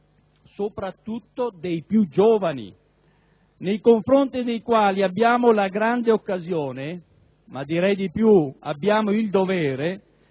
soprattutto dei più giovani, nei confronti dei quali abbiamo la grande occasione, ma - direi di più - abbiamo il dovere